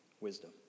wisdom